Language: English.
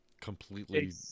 completely